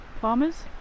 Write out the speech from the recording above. Farmers